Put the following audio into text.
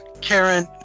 Karen